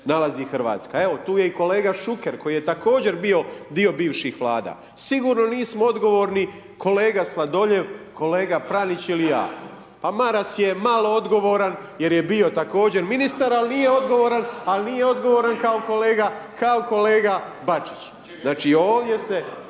nalazi Hrvatska. Evo tu i je kolega Šuker koji je također bio dio bivših Vlada, sigurno nismo odgovorni kolega Sladoljev, kolega Pranić ili ja. Pa Maras je malo odgovoran jer je bio također ministar ali nije odgovoran kao kolega Bačić. Znači ovdje se